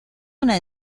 una